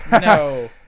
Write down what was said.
No